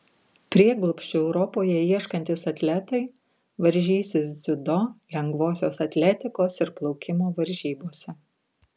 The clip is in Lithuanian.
prieglobsčio europoje ieškantys atletai varžysis dziudo lengvosios atletikos ir plaukimo varžybose